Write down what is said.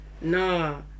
Nah